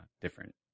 different